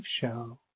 show